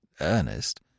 Ernest